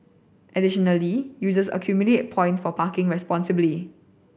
additionally users accumulate points for parking responsibly